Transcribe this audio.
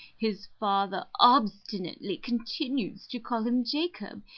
his father obstinately continues to call him jacob,